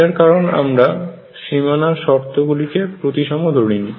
এটার কারণ আমরা সীমানার শর্তগুলি কে প্রতিসম ধরিনি